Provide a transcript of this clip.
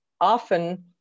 often